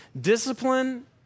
Discipline